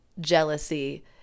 jealousy